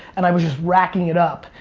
and i was just racking it up.